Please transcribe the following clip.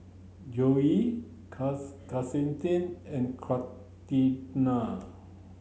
Joell Celestine and Catrina